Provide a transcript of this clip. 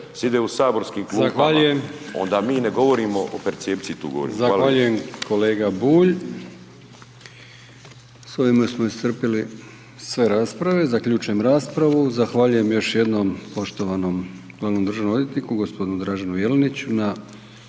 sjede u saborskim klupama, onda mi ne govorimo o percepciji